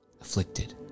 afflicted